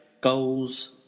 goals